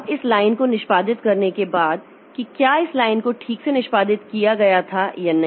अब इस लाइन को निष्पादित करने के बाद कि क्या इस लाइन को ठीक से निष्पादित किया गया था या नहीं